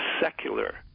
secular